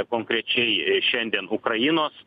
konkrečiai šiandien ukrainos